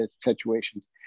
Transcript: situations